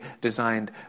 designed